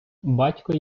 батько